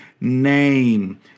name